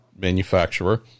manufacturer